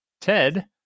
Ted